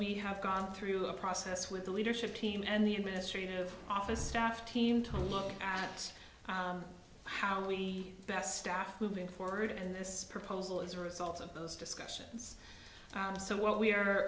we have gone through a process with the leadership team and the administrative office staff team to look at how do we best staff moving forward in this proposal as a result of those discussions so what we